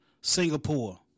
Singapore